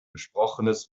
gesprochenes